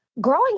growing